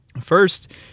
First